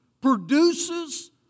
produces